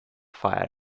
fire